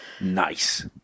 Nice